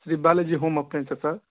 Shri Balaji home అప్లియన్సా sir